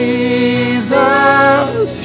Jesus